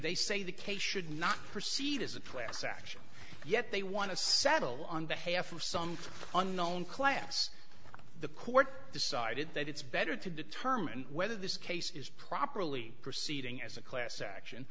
they say the case should not proceed as a placer action yet they want to settle on behalf of some unknown class the court decided that it's better to determine whether this case is properly proceeding as a class action